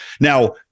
Now